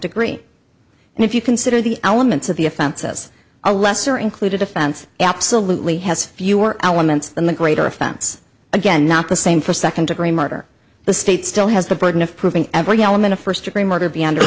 degree and if you consider the elements of the offense has a lesser included offense absolutely has fewer elements than the greater offense again not the same for second degree murder the state still has the burden of proving every element of first degree murder be